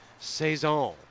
Saison